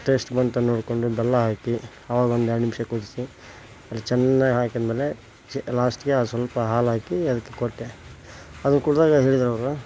taste ಬಂತಾ ನೋಡಿಕೊಂಡು ಬೆಲ್ಲ ಹಾಕಿ ಆವಾಗೊಂದು ಎರಡು ನಿಮಿಷ ಕುಡಿಸಿ ಚೆನ್ನಾಗಿ ಹಾಕಿದ ಮೇಲೆ ಲಾಸ್ಟಿಗೆ ಸ್ವಲ್ಪ ಹಾಳು ಹಾಕಿ ಅದಕ್ಕೆ ಕೊಟ್ಟೆ ಅದು ಕುಡಿದಾಗ ಹೇಳಿದರವ್ರು